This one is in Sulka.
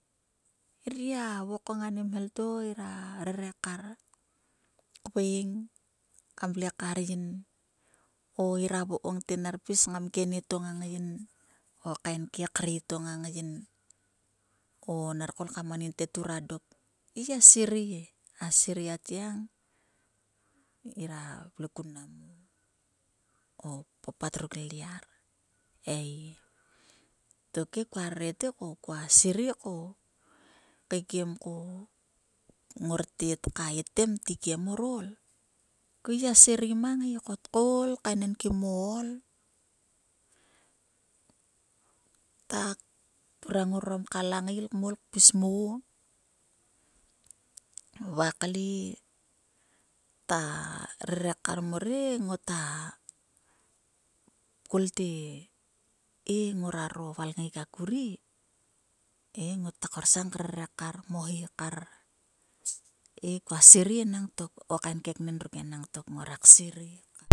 Ngirrgia vokom ani kain mhel to ngira rere kar. kveng ka vle kar yin o ngira vokom te nera pis kngam ke nieto ngang yin o kaen ke kre to ngang yin o ner koul ka mon yin te turang dok ngir gia sirei he. A serie a tgiang ngira vle kun manam o papat ruk lyar. Ei, tokhe kua rete ko kua serei ko keikiemko ngor tet kaetem tikiem mor kmol. Ku ngai gia serei mang he ko tol koul tkaenenkim o ol. Ta turang ngor orom ka langael kmol kpis mo va kle ta rere kar mor he tpis te he nguaro valngeik akuri he ngota korsang rere kar kmoni kar he kua sirei enangtok o kain keknen ruk enangtok ngorak sirei kar.